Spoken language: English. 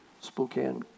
Spokane